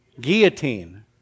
guillotine